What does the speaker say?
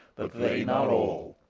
but vain are all,